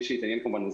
מי שמתעניין בפתרונות,